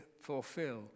fulfill